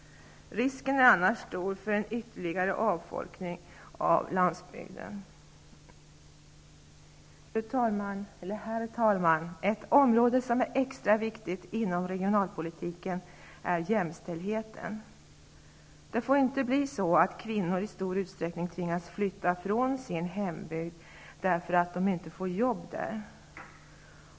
Risken är annars stor för en ytterligare avfolkning av landsbygden. Herr talman! Ett område som är extra viktigt inom regionalpolitiken är jämställdheten. Det får inte bli så att kvinnor i stor utsträckning tvingas flytta från sin hembygd därför att de inte får jobb där.